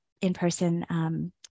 in-person